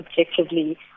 objectively